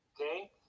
Okay